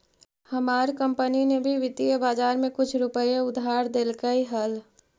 हमार कंपनी ने भी वित्तीय बाजार में कुछ रुपए उधार देलकइ हल